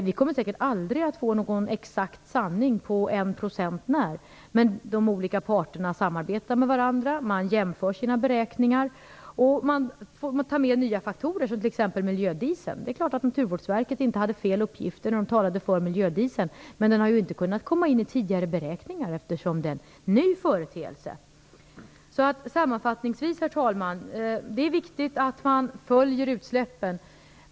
Vi kommer säkert aldrig att få någon exakt sanning på 1 % när. De olika parterna samarbetar dock med varandra. Man jämför sina beräkningar och tar med nya faktorer, t.ex. miljödieseln. Det är klart att Naturvårdsverket inte hade felaktiga uppgifter då man talade för miljödieseln. Men den har inte kunnat komma in i tidigare beräkningar, eftersom det är en ny företeelse. Herr talman! Sammanfattningsvis kan jag säga att det är viktigt att följa frågan om utsläppen.